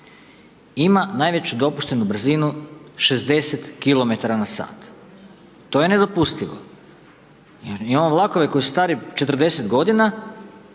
ima najveću dopuštenu brzinu 60km/h to je nedopustivo. Mi imamo vlakove koji su stari 40 g.